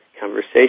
conversation